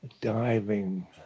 diving